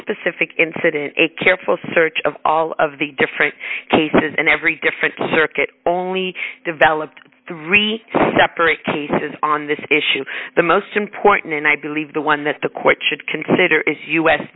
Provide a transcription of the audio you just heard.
specific incident a careful search of all of the different cases and every different circuit only developed three separate cases on this issue the most important and i believe the one that the quote should consider is u